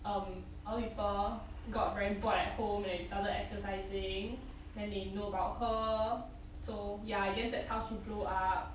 um other people got very bored at home and started exercising then they know about her so ya I guess that's how she blow up